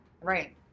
right